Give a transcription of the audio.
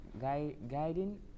guiding